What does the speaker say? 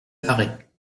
paraît